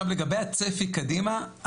לגבי הצפי קדימה,